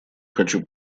хочу